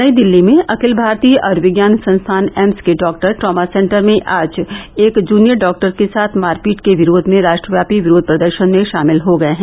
नई दिल्ली में अखिल भारतीय आयुर्विज्ञान संस्थान एम्स के डॉक्टर ट्रामा सेंटर में आज एक जूनियर डॉक्टर के साथ मारपीट के विरोध में राष्ट्रव्यापी विरोध प्रदर्शन में शामिल हो गए हैं